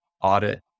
audit